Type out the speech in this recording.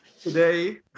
Today